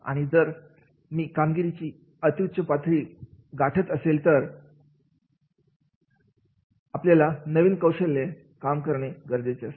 आणि जर मी कामगिरीची अत्युच्च पातळी वाटत असेल तर आपल्याला नवीन शैलीने काम करणे गरजेचे असते